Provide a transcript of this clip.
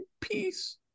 peace